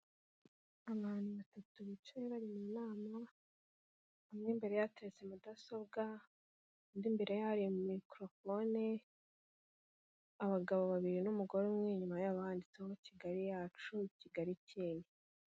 Abantu batatu bicaye bari mu nama, umwe imbere ye hateretse mudasobwa, undi imbere ye hari mikorofone, abagabo babiri n'umugore umwe, inyuma yabo handitseho Kigali yacu, Kigali ikeye.